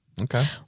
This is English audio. Okay